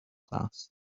glass